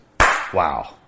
Wow